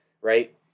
right